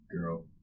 girl